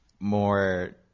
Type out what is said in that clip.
More